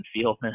feel